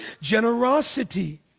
generosity